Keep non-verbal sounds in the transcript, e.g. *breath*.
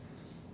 *breath*